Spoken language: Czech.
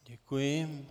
Děkuji.